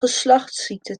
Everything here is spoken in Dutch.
geslachtsziekte